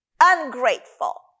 ungrateful